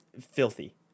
filthy